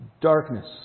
Darkness